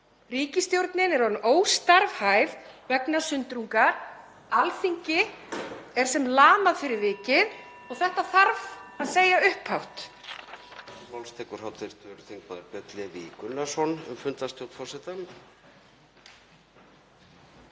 Ríkisstjórnin er orðin óstarfhæf vegna sundrungar. Alþingi er sem lamað fyrir vikið og þetta þarf að segja upphátt.